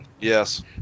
Yes